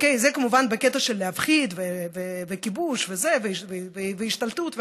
זה כמובן בקטע של להפחיד וכיבוש והשתלטות והכול.